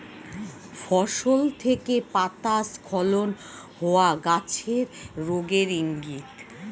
ফসল থেকে পাতা স্খলন হওয়া গাছের রোগের ইংগিত